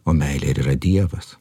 o meilė ir yra dievas